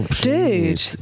Dude